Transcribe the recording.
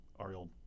Ariel